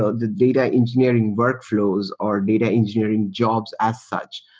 ah the data engineering workfl ows or data engineering jobs as such,